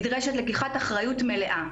נדרשת לקיחת אחריות מלאה: